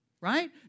right